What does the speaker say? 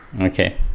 Okay